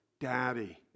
Daddy